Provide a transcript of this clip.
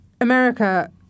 America